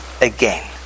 again